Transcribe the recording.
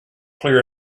clear